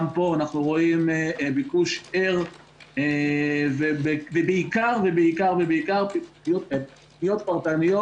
גם פה אנחנו רואים ביקוש ער ובעיקר בעיקר פניות פרטניות.